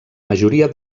majoria